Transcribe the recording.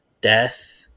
death